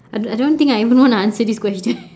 I I don't think I even wanna answer this question